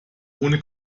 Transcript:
ohne